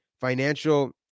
financial